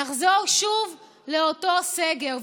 נחזור שוב לאותו סגר.